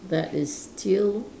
that is still